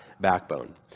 backbone